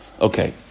Okay